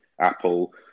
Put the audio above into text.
Apple